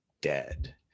dead